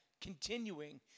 continuing